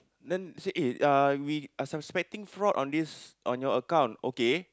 then say eh we ah some stretting fraud on this on your account okay